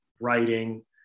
writing